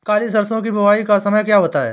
काली सरसो की बुवाई का समय क्या होता है?